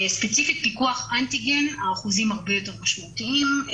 ספציפית פיקוח אנטיגן האחוזים הרבה יותר משמעותיים,